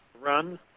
run